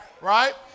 Right